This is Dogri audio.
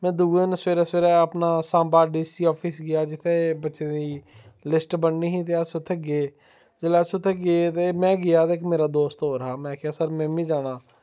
में दुऐ दिन सवेरै सवेरै अपना सांबा डीसी ऑफिस गेआ जित्थै बच्चें दी जित्थै लिस्ट बननी ही ते अस उत्थै गे जिसलै अस उत्थै गे ते में गेआ ते इक मेरा दोस्त होर हा में आखेआ सर में बी जाना